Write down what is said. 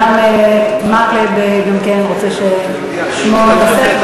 גם חבר הכנסת מקלב רוצה ששמו ייווסף.